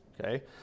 okay